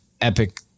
epic